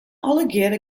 allegearre